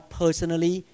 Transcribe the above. personally